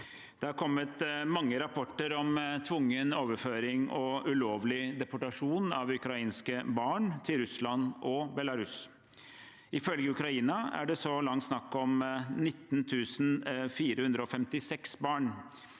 Det har kommet mange rapporter om tvungen overføring og ulovlig deportasjon av ukrainske barn til Russland og Belarus. Ifølge Ukraina er det så langt snakk om 19 456 barn.